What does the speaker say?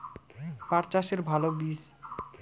পাঠ চাষের ভালো বীজ?